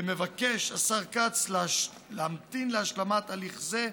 ומבקש השר כץ להמתין להשלמת הליך זה,